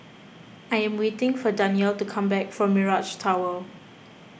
I am waiting for Danyel to come back from Mirage Tower